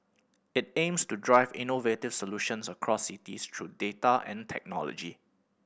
it aims to drive innovative solutions across cities through data and technology